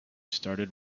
started